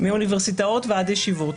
מאוניברסיטאות ועד ישיבות.